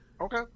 Okay